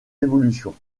évolutions